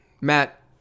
Matt